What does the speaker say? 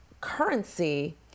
currency